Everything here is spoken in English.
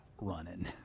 running